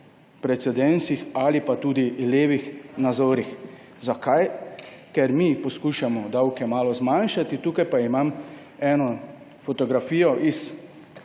precedensih ali pa tudi levih nazorih. Zakaj? Ker mi poskušamo davke malo zmanjšati, tukaj pa imam eno fotografijo s